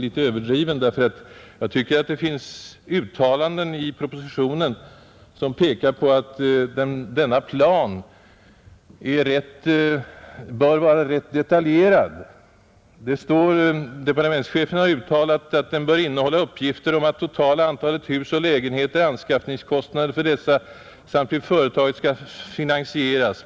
Jag tycker nämligen att det i propositionen finns uttalanden som pekar på att en sådan plan bör vara ganska detaljerad. Departementschefen har sålunda uttalat att planen bör innehålla uppgifter om totala antalet hus och lägenheter, anskaffningskostnader för dessa samt hur företaget skall finansieras.